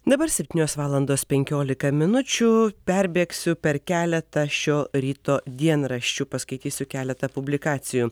dabar septynios valandos penkiolika minučių perbėgsiu per keletą šio ryto dienraščių paskaitysiu keletą publikacijų